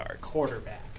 quarterback